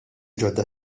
ġodda